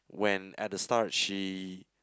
when at the start she